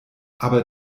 aber